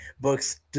books